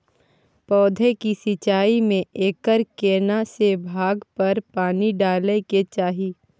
पौधों की सिंचाई में एकर केना से भाग पर पानी डालय के चाही?